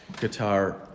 guitar